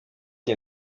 nie